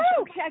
Okay